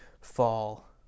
fall